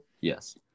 Yes